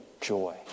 joy